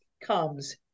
comes